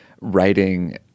writing